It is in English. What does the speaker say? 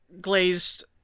glazed